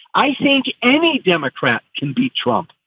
i think any democrat can beat trump.